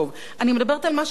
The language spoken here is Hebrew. אני מדברת על מה שכבר יצא,